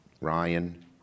Ryan